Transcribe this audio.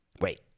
wait